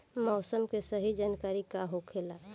मौसम के सही जानकारी का होखेला?